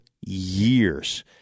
years